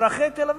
אזרחי תל-אביב.